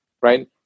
right